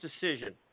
decision